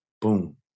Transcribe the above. boom